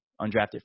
undrafted